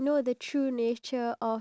ya